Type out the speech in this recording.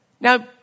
Now